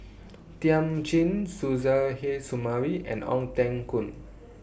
Thiam Chin Suzairhe Sumari and Ong Teng Koon